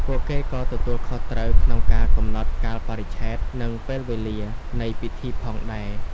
ពួកគេក៏ទទួលខុសត្រូវក្នុងការ កំណត់កាលបរិច្ឆេទ និងពេលវេលា នៃពិធីផងដែរ។